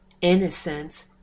Innocence